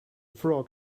frog